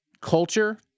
culture